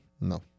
No